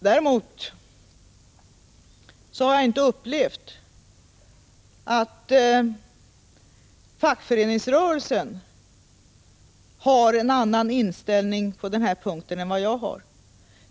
Däremot har jag inte upplevt att fackföreningsrörelsen har en annan inställning på den här punkten än vad jag har.